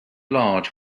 large